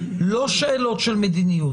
לא שאלות של מדיניות,